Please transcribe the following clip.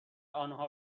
آنها